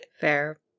Fair